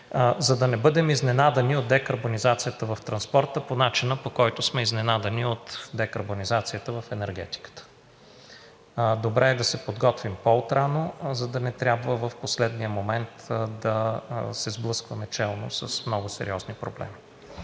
за да не бъдем изненадани от декарбонизацията в транспорта по начина, по който сме изненадани от декарбонизацията в енергетиката. Добре е да се подготвим по-отрано, за да не трябва в последния момент да се сблъскваме челно с много сериозни проблеми.